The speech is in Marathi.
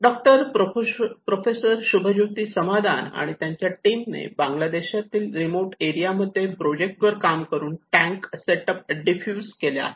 डॉक्टर प्रोफेसर शुभ ज्योती समाधान आणि त्यांच्या टीमने बांगलादेशातील रिमोट एरिया मध्ये प्रोजेक्ट वर काम करून टँक सेट अप डिफ्युज केल्या आहेत